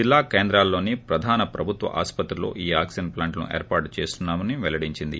జిల్లా కేంద్రాల్లోని ప్రధాన ప్రభుత్వ ఆసుపత్రుల్లో ఈ ఆక్సిజన్ ప్లాంట్లను ఏర్పాటు చేస్తున్నారని వెల్లడించింది